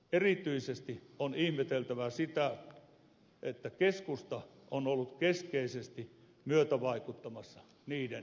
erityisesti on ihmeteltävä sitä että keskusta on ollut keskeisesti myötävaikuttamassa niiden heikkenemiseen